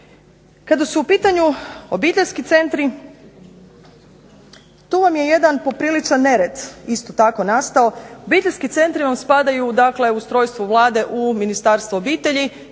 Kada su u pitanju obiteljski centri, tu vam je jedan popriličan nered isto tako nastao, obiteljski centri vam spadaju dakle u ustrojstvo Vlade, u Ministarstvo obitelji,